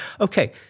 Okay